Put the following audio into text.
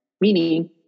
meaning